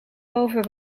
boven